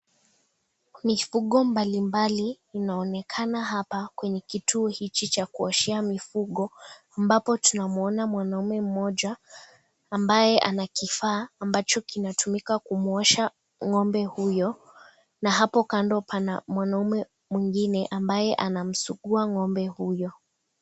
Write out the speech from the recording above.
Mifugo mbalimbali inaonekana hapa kwenye kituo hichi cha kuoshea mifugo ambapo tunamwona mwanaume mmoja ambaye ana kifaa ambacho kinatumika kumwosha ng'ombe huyo na hapo kando pana mwanaume mwingine ambaye anamsugua ng'ombe huyo.